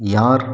யார்